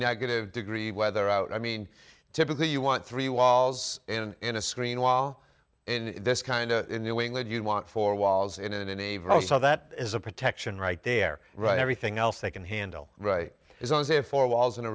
negative degree weather out i mean typically you want three walls in a screen wall in this kind of new england you want four walls in and in a row so that is a protection right there right everything else they can handle right is on their four walls and a